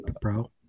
bro